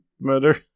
murder